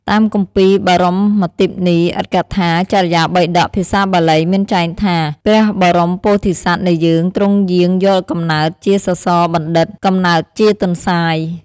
តាមគម្ពីរបរមត្ថទីបនី អដ្ធកថា ចរិយាបិដក ភាសាបាលីមានចែងថា ព្រះបរមពោធិសត្វនៃយើងទ្រង់យោនយកកំណើតជាសសបណ្ឌិត «កំណើតជាទន្សាយ»។